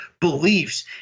beliefs